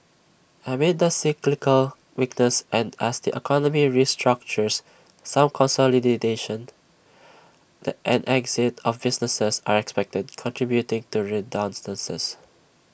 amid the cyclical weakness and as the economy restructures some the and exit of businesses are expected contributing to redundancies